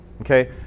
okay